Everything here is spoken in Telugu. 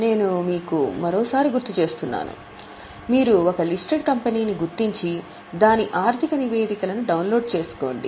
నేను మీకు మరోసారి గుర్తు చేస్తున్నాను మీరు ఒక లిస్టెడ్ కంపెనీ ని గుర్తించి దాని ఆర్థిక నివేదికలను డౌన్లోడ్ చేసుకోండి